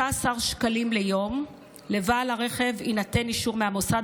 15 שקלים ליום אם לבעל הרכב יינתן אישור מהמוסד